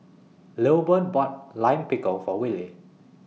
Lilburn bought Lime Pickle For Willy